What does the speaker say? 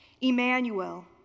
Emmanuel